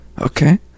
Okay